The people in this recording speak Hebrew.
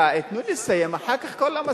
רגע, רגע, תנו לי לסיים, אחר כך כל המסקנות.